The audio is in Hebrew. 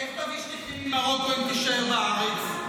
איך תביא שטיחים ממרוקו אם תישאר בארץ?